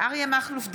אריה מכלוף דרעי,